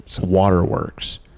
waterworks